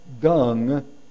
dung